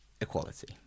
equality